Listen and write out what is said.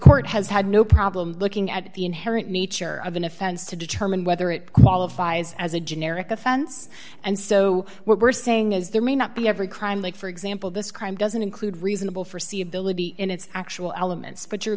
court has had no problem looking at the inherent nature of an offense to determine whether it qualifies as a generic offense and so what we're saying is there may not be every crime like for example this crime doesn't include reasonable forsee ability in its actual elements but you're